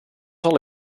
zal